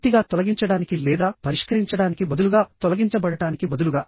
పూర్తిగా తొలగించడానికి లేదా పరిష్కరించడానికి బదులుగా తొలగించబడటానికి బదులుగా